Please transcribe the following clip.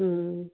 ਹਮ